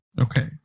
Okay